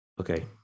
Okay